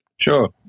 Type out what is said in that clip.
Sure